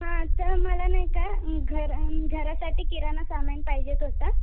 हां तर मला नाही का घर घरासाठी किराणा सामान पाहिजे होतं